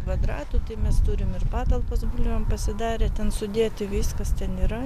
kvadratų tai mes turim ir patalpas bulvėm pasidarę ten sudėti viskas ten yra